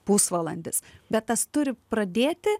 pusvalandis bet tas turi pradėti